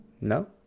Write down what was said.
No